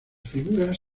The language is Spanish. figuras